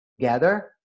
together